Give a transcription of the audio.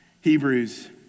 Hebrews